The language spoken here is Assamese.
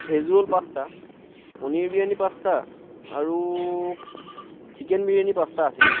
ভেজ ৰোল পাঁচটা পনিৰ বিৰিয়ানী পাঁচটা আৰু চিকেন বিৰিয়ানী পাঁচটা আছিলে